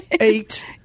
Eight